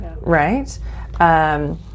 right